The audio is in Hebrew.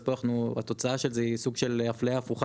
אז פה התוצאה של זה היא סוג של תוצאה הפוכה;